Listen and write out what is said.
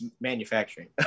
manufacturing